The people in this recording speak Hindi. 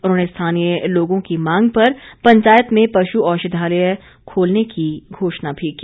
उन्होंने स्थानीय लोगों की मांग पर पंचायत में पशु औषधालय खोलने की घोषणा भी की